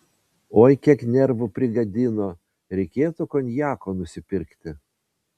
oi kiek nervų prigadino reikėtų konjako nusipirkti